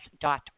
Dot